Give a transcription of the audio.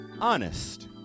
honest